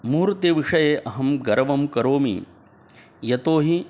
मूर्तिविषये अहं गर्वं करोमि यतो हि